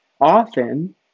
often